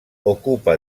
ocupa